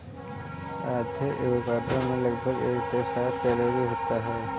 आधे एवोकाडो में लगभग एक सौ साठ कैलोरी होती है